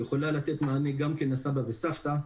היא יכולה לתת מענה גם לסבא וסבתא,